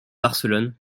barcelone